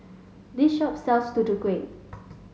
this shop sells Tutu Kueh